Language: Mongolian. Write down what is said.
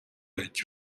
байж